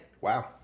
Wow